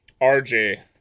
rj